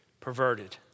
perverted